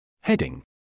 Heading